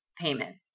payment